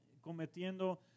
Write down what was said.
cometiendo